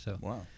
Wow